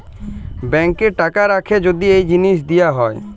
ব্যাংকে টাকা রাখ্যে যদি এই জিলিস দিয়া হ্যয়